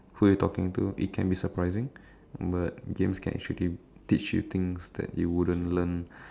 who you talking to it can be surprising but games can actually teach teach you things you wouldn't learn